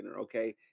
Okay